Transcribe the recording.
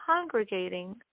congregating